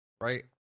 right